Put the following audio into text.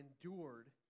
endured